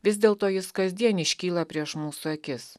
vis dėlto jis kasdien iškyla prieš mūsų akis